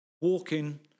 walking